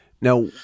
Now